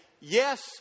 yes